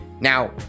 now